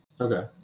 Okay